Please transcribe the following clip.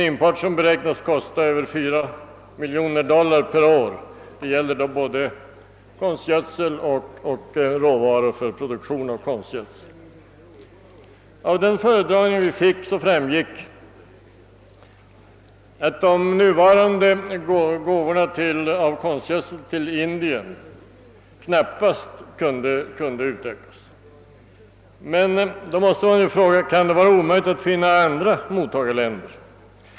Importen beräknas kosta 4,2 miljoner dollar per år — det gäller då både konstgödsel och råvaror för produktion av konstgödsel. Av föredragningen framgick att gåvorna av konstgödsel till Indien knappast kunde ökas. Då måste vi emellertid ställa frågan: Kan det vara omöjligt att finna andra mottagarländer?